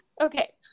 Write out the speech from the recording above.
Okay